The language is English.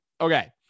Okay